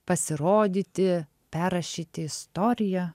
pasirodyti perrašyti istoriją